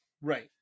right